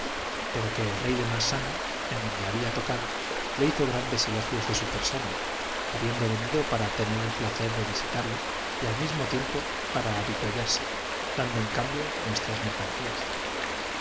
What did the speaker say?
pero que el rey de massana en donde había tocado le hizo grandes elogios de su persona habiendo venido para tener el placer de visitarle y al mismo tiempo para avituallarse dando en cambio nuestras mer